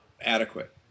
adequate